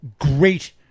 great